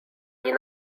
nie